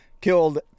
killed